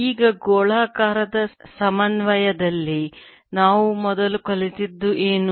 ಈಗ ಗೋಳಾಕಾರದ ಸಮನ್ವಯದಲ್ಲಿ ನಾವು ಮೊದಲು ಕಲಿತದ್ದು ಏನು